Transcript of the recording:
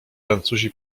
francuzi